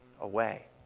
away